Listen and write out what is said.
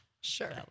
Sure